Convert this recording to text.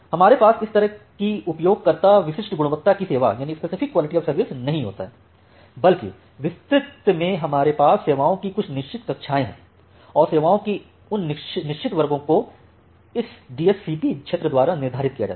हमारे पास इस तरह की उपयोगकर्ता विशिष्ट गुणवत्ता की सेवाएं नहीं होता हैं बल्कि विस्तृत में हमारे पास सेवाओं की कुछ निश्चित कक्षाएं हैं और सेवाओं के उन निश्चित वर्गों को इस DSCP क्षेत्र द्वारा निर्धारित किया जाता है